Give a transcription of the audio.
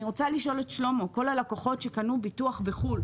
אני רוצה לשאול את שלמה: כל הלקוחות שקנו ביטוח בחו"ל,